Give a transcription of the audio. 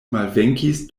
malvenkis